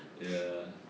ya